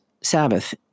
Sabbath